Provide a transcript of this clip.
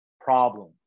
problem